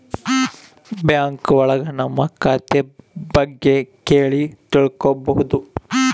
bank ಒಳಗ ನಮ್ ಖಾತೆ ಬಗ್ಗೆ ಕೇಳಿ ತಿಳ್ಕೋಬೋದು